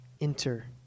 enter